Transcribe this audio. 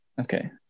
Okay